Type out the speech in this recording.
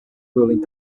ruling